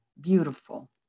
beautiful